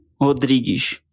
Rodrigues